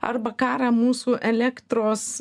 arba karą mūsų elektros